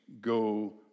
go